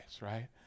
right